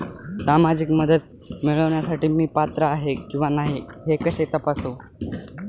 सामाजिक मदत मिळविण्यासाठी मी पात्र आहे किंवा नाही हे कसे तपासू?